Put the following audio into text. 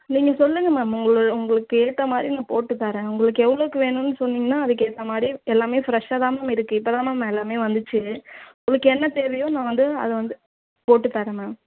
நீங்கள் சொல்லுங்கள் மேம் உங்களு உங்களுக்கு ஏற்ற மாதிரி நான் போட்டுத் தரேன் உங்களுக்கு எவ்வளோக்கு வேணும்ன்னு சொன்னிங்கன்னால் அதுக்கு ஏற்ற மாதிரி எல்லாமே ஃப்ரெஷ்ஷாக தான் மேம் இருக்குது இப்போ தான் மேம் எல்லாமே வந்துச்சு உங்களுக்கு என்ன தேவையோ நான் வந்து அதை வந்து போட்டுத் தரேன் மேம்